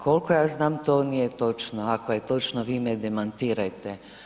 Koliko ja znam, to nije točno, ako je točno vi me demantirajte.